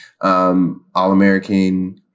All-American